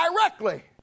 directly